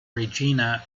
regina